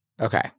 Okay